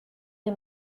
des